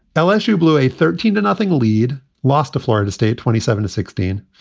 lsu blew a thirteen to nothing lead, lost the florida state twenty seven to sixteen.